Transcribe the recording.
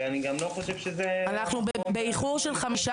ואני גם לא חושב שזה --- אנחנו באיחור של חמישה